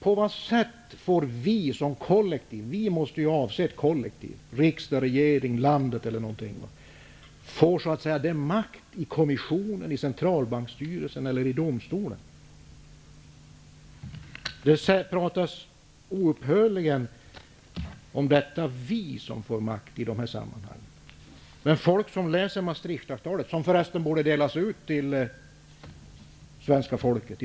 På vilket sätt får vi som kollektiv -- ordet vi måste ju avse ett kollektiv, t.ex. riksdagen, regeringen eller landet -- makt i kommissionen, centralbanksstyrelsen och domstolen? I dessa sammanhang talas det oupphörligen om detta vi som får makt. Men människor som läser Maastrichtavtalet finner att så inte är fallet.